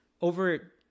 over